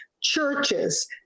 churches